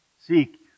seek